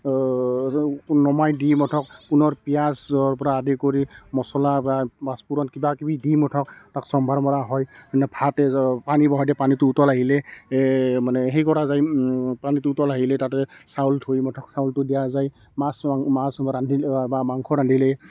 নমাই দি মুঠক পুনৰ পিঁয়াজৰ পৰা আদি কৰি মছলা বা পাঁচফোৰণ কিবাকিবি দি মুঠক তাক চম্ভাৰ মৰা হয় এনেকৈ ভাত এই ধৰক পানী বহাই দিয়ে পানীটো উতল আহিলে মানে হেৰি কৰা যায় পানীটো উতল আহিলে তাতে চাউল ধুই মুঠক চাউলটো দিয়া যায় মাছ মাছ ৰান্ধিলে বা মাংস ৰান্ধিলে